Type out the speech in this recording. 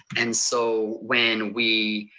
and so when we